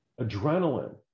adrenaline